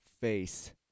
face